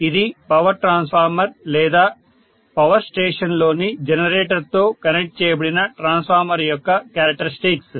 ఇవి power transformer లేదా power స్టేషన్లోని జనరేటర్తో కనెక్ట్ చేయబడిన ట్రాన్స్ఫార్మర్ యొక్క క్యారెక్టర్స్టిక్స్